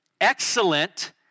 excellent